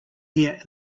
here